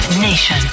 Nation